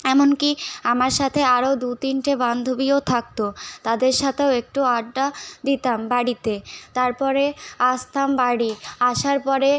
এমন কি আমার সাথে আরো দু তিনটে বান্ধবীও থাকতো তাদের সাঠেও একটু আড্ডা দিতাম বাড়িতে তারপরে আসতাম বাড়ি আসার পরে